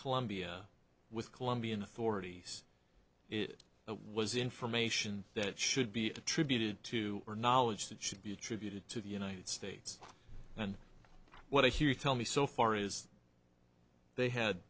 colombia with colombian authorities it was information that should be attributed to or knowledge that should be attributed to the united states and what you tell me so far is they had